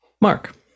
Mark